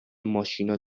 ماشینا